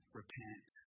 repent